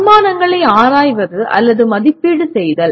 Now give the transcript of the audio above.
அனுமானங்களை ஆராய்வது அல்லது மதிப்பீடு செய்தல்